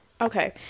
okay